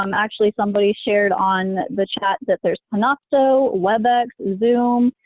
um actually, somebody shared on the chat that there's panopto, webex, zoom,